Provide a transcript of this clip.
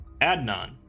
Adnan